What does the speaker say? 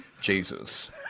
Jesus